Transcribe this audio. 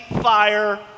fire